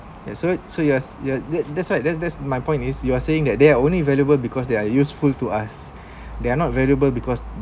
ya so so you're you're that's why that's that's my point is you are saying that they are only valuable because they are useful to us they're not valuable because